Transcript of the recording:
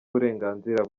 uburenganzira